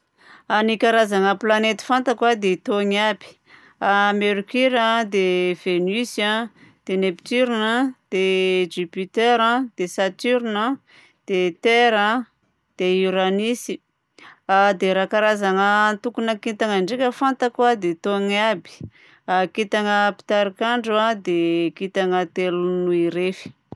Ny karazagna planety fantako a dia itony aby: a Mercure a, dia Venus a, dia Nepturne a, dia Jupiter a, dia Saturne a, dia Terre a, dia Uranisy. Dia raha karazagna antokona kintagna ndraiky fantako a dia itony aby: kintagna fitarikandro a, dia kintagna telonohorefy.